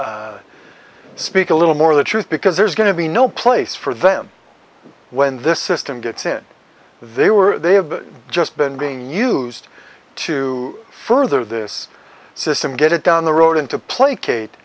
speak a little more of the truth because there's going to be no place for them when this system gets in they were they have just been being used to further this system get it down the road and to placate